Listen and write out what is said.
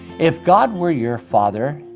if god were your father,